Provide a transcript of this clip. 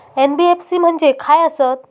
NBFC म्हणजे खाय आसत?